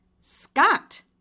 Scott